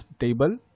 table